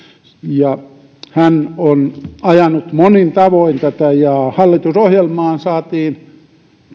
hän on ajanut monin tavoin tätä ja hallitusohjelmaan saatiin